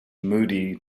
moody